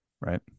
right